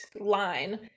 line